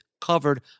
covered